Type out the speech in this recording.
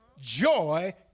Joy